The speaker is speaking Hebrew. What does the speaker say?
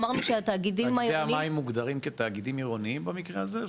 תאגידי המים נחשבים כתאגידים עירוניים במקרה הזה?